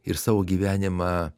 ir savo gyvenimą